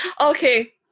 Okay